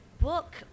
book